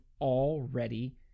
already